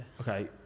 Okay